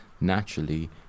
naturally